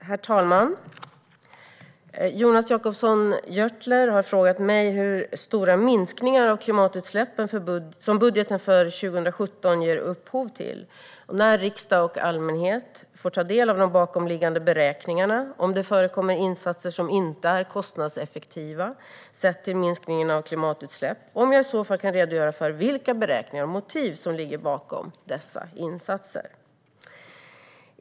Svar på interpellationer Herr talman! Jonas Jacobsson Gjörtler har frågat mig hur stora minskningar av klimatutsläppen som budgeten för 2017 ger upphov till, när riksdag och allmänhet får ta del av de bakomliggande beräkningarna, om det förekommer insatser som inte är kostnadseffektiva sett till minskningen av klimatutsläpp och om jag i så fall kan redogöra för vilka beräkningar och motiv som ligger bakom dessa insatser.